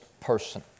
person